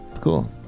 cool